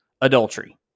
adultery